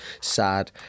sad